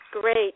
Great